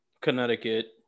Connecticut